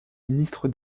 ministre